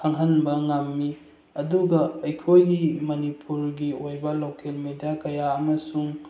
ꯈꯪꯍꯟꯕ ꯉꯝꯃꯤ ꯑꯗꯨꯒ ꯑꯩꯈꯣꯏꯒꯤ ꯃꯅꯤꯄꯨꯔꯒꯤ ꯑꯣꯏꯕ ꯂꯣꯀꯦꯜ ꯃꯦꯗꯤꯌꯥ ꯀꯌꯥ ꯑꯃꯁꯨꯡ